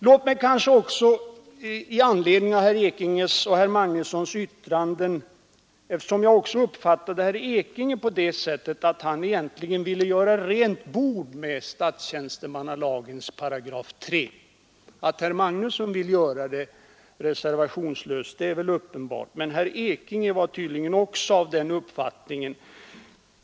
Nu uppfattade jag herr Ekinges anförande så att han egentligen ville göra rent bord med statstjänstemannalagens 3 §. Att herr Magnusson vill göra det reservationslöst är uppenbart, men herr Ekinge var tydligen också av den uppfattningen.